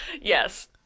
yes